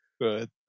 Good